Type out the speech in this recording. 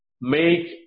make